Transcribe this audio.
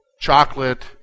chocolate